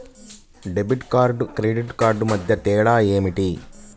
Debit కార్డుకు credit కార్డుకు మధ్య తేడా ఏమిటీ?